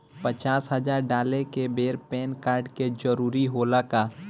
पचास हजार डाले के बेर पैन कार्ड के जरूरत होला का?